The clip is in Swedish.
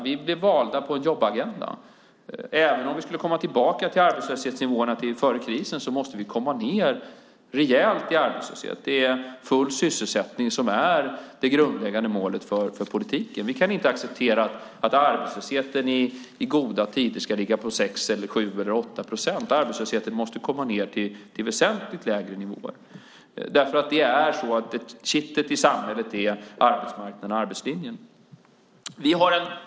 Vi blev valda på jobbagendan. Även om vi skulle komma tillbaka till de arbetslöshetsnivåer som var före krisen måste vi komma ned rejält vad gäller arbetslösheten. Det är full sysselsättning som är det grundläggande målet för politiken. Vi kan inte acceptera att arbetslösheten i goda tider ska ligga på 6, 7 eller 8 procent. Arbetslösheten måste komma ned till väsentligt lägre nivåer. Kittet i samhället är nämligen arbetsmarknaden och arbetslinjen.